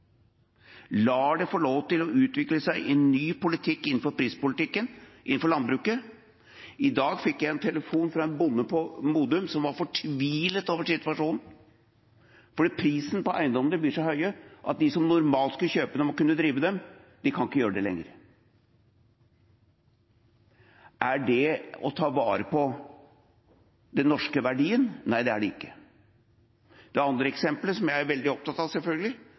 lar det få lov til å utvikle seg en ny politikk innenfor prispolitikken i landbruket. I dag fikk jeg en telefon fra en bonde på Modum som var fortvilet over situasjonen fordi prisen på eiendommene blir så høye at de som normalt skulle kjøpe dem og kunne drive dem, ikke kan gjøre det lenger. Er det å ta vare på den norske verdien? Nei, det er det ikke. Det andre eksempelet som jeg er veldig opptatt av, selvfølgelig,